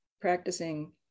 practicing